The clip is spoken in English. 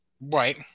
Right